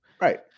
Right